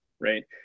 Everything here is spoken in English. right